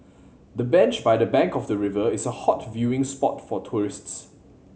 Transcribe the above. the bench by the bank of the river is a hot viewing spot for tourists